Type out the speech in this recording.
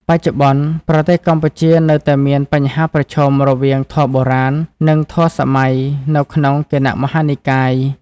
បច្ចុប្បន្ន ប្រទេសកម្ពុជានៅតែមានបញ្ហាប្រឈមរវាងធម៌បុរាណ និងធម៌សម័យនៅក្នុងគណៈមហានិកាយ។